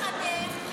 כל מחנך,